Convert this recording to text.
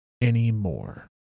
anymore